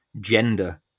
gender